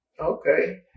Okay